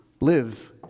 live